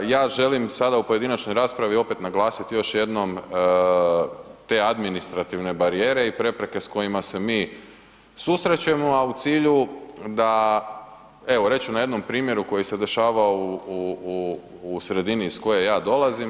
Ja želim sada u pojedinačnoj raspravi opet naglasiti još jednom te administrativne barijere i prepreke s kojima se mi susrećemo, a u cilju da evo reći ću na jednom primjeru koji se dešavao u sredini iz koje ja dolazim.